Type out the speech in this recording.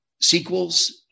sequels